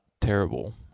terrible